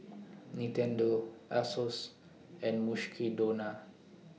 Nintendo Asos and Mukshidonna